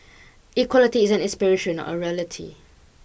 equality is an aspiration not a reality